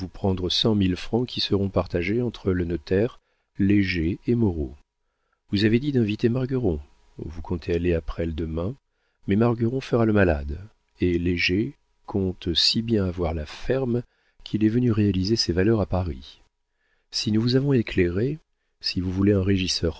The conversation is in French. prendre cent mille francs qui seront partagés entre le notaire léger et moreau vous avez dit d'inviter margueron vous comptez aller à presles demain mais margueron fera le malade et léger compte si bien avoir la ferme qu'il est venu réaliser ses valeurs à paris si nous vous avons éclairé si vous voulez un régisseur